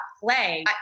play